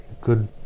good